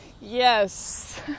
yes